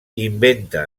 inventa